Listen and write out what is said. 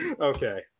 Okay